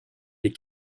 des